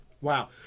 wow